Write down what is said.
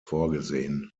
vorgesehen